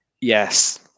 Yes